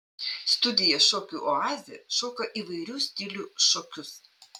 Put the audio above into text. studija šokių oazė šoka įvairių stilių šokius